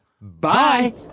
Bye